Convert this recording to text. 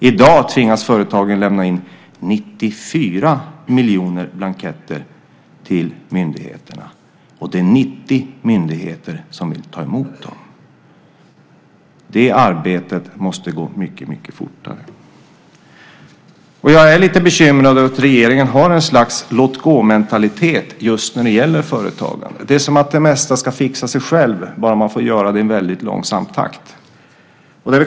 I dag tvingas företagen lämna in 94 miljoner blanketter till myndigheterna, och det är 90 myndigheter som vill ta emot dem. Detta arbete måste gå mycket fortare. Jag är lite bekymrad över att regeringen har ett slags låt-gå-mentalitet just när det gäller företagandet. Det är som att det mesta ska fixa sig självt bara man får göra det i en väldigt långsam takt.